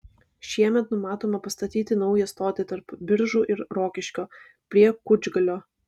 šiemet numatoma pastatyti naują stotį tarp biržų ir rokiškio prie kučgalio